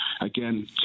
again